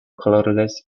colorless